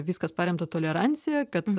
viskas paremta tolerancija kad